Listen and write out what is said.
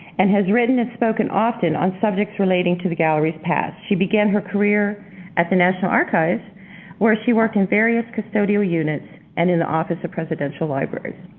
and has written and spoken often on subjects relating to the gallery's past. she began her career at the national archives where she worked in various custodial units and in the office of presidential libraries.